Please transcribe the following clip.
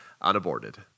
Unaborted